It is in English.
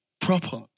Proper